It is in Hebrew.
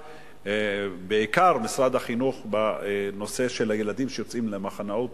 בעיקר משרד החינוך, בנושא הילדים שיוצאים למחנאות